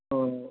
اوہ